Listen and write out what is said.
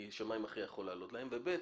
כי שמאי מכריע יכול להעלות להם ושנית,